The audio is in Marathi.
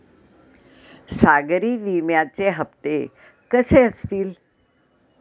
सागरी विम्याचे हप्ते कसे असतील?